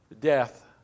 death